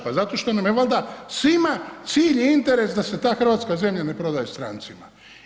Pa zato što nam je valjda svima cilj i interes da se ta hrvatska zemlja ne prodaje strancima.